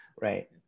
Right